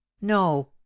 No